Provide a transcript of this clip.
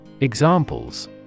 Examples